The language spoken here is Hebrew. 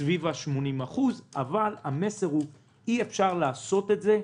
סביב 80%. אבל המסר הוא שאי אפשר לעשות את זה.